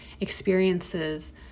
experiences